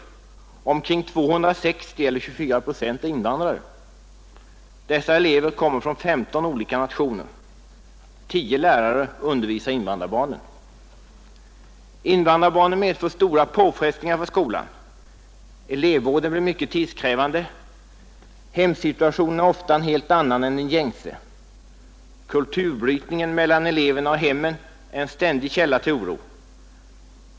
Omkring 260, eller 24 procent, är invandrare. Dessa elever kommer från 15 olika nationer. 10 lärare undervisar invandrarbarnen. Invandrarbarnen medför stora påfrestningar för skolan. Elevvården blir mycket tidskrävande. Hemsituationen är ofta en helt annan än den gängse. Kulturbrytningen mellan eleverna och hemmen är en ständig källa till oro.